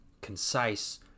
concise